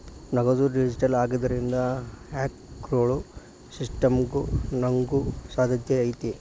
ನಗದು ಡಿಜಿಟಲ್ ಆಗಿದ್ರಿಂದ, ಹ್ಯಾಕರ್ಗೊಳು ಸಿಸ್ಟಮ್ಗ ನುಗ್ಗೊ ಸಾಧ್ಯತೆ ಐತಿ